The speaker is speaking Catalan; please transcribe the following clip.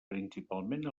principalment